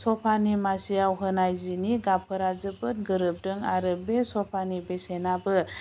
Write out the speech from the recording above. सपानि मासियाव होनाय जिनि गाबफोरा जोबोर गोरोबदों आरो बे सपानि बेसेनाबो